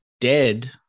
dead